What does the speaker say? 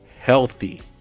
healthy